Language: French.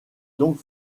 donc